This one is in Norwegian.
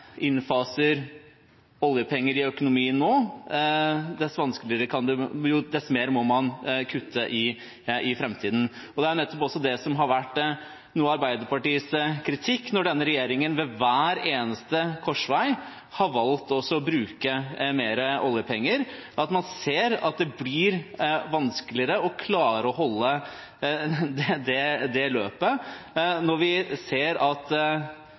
oljepenger i økonomien nå, desto mer må man kutte i framtiden. Det er jo nettopp det som også har vært noe av Arbeiderpartiets kritikk. Når denne regjeringen ved hver eneste korsvei har valgt å bruke mer oljepenger, ser man at det blir vanskeligere å klare å holde det løpet fordi vi ser at